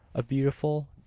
a beautiful,